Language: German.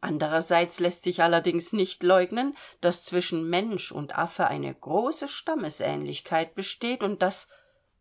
andererseits läßt sich allerdings nicht leugnen daß zwischen mensch und affe eine große stammesähnlichkeit besteht und daß